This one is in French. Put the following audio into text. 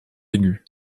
aigu